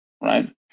right